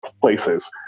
places